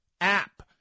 app